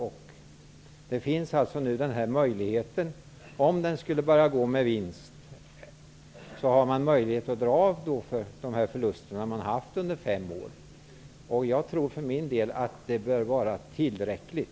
Om en hobbyhäst börjar gå med vinst har man möjlighet att göra avdrag för de förluster som man har haft under fem år. Jag tror för min del att det bör vara tillräckligt.